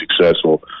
successful